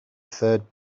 third